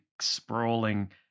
sprawling